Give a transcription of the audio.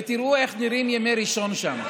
ותראו איך נראים ימי ראשון שם.